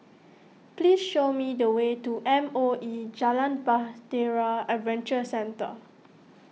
please show me the way to M O E Jalan Bahtera Adventure Centre